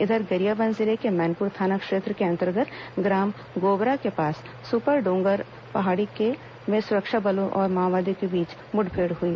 इधर गरियाबंद जिले के मैनपुर थाना क्षेत्र के अंतर्गत ग्राम गोबरा के समीप सुपडोंगर पहाड़ी में सुरक्षा बलों और माओवादियों के बीच मुठभेड़ हुई